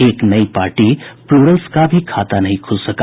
एक नई party Plurals का भी खाता नहीं खुल सका